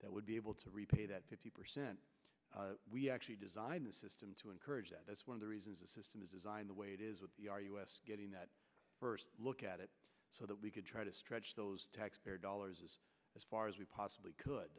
that would be able to repay that fifty percent we actually design a system to encourage that that's one of the reasons the system is designed the way it is with us getting that first look at it so that we could try to stretch those taxpayer dollars as far as we possibly could